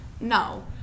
no